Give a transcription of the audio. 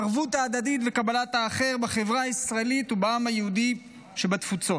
הערבות ההדדית וקבלת האחר בחברה הישראלית ובעם היהודי שבתפוצות,